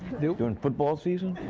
lee during football season?